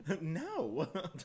No